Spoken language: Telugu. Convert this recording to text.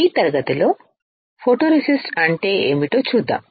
ఈ తరగతిలో ఫోటోరేసిస్ట్ అంటే ఏమిటో చూద్దాం